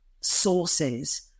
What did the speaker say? sources